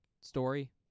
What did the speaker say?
story